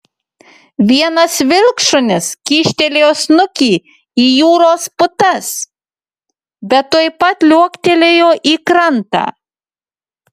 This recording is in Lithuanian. vienas vilkšunis kyštelėjo snukį į jūros putas bet tuoj pat liuoktelėjo į krantą